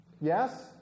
Yes